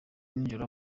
nijoro